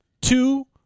two